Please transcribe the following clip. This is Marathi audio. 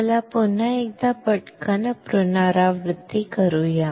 चला पुन्हा एकदा पटकन पुनरावृत्ती करूया